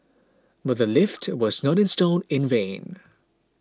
but the lift was not installed in vain